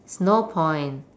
there's no point